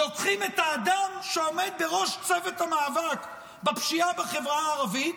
לוקחים את האדם שעומד בראש צוות המאבק בפשיעה בחברה הערבית.